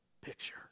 picture